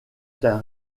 d’un